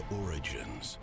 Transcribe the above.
origins